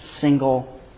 single